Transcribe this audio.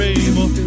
able